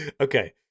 okay